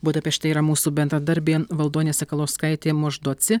budapešte yra mūsų bendradarbė valdonė sakalauskaitė moždoci